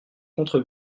contre